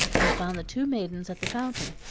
and found the two maidens at the fountain.